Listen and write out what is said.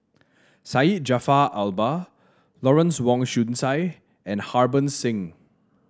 Syed Jaafar Albar Lawrence Wong Shyun Tsai and Harbans Singh